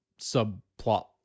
subplot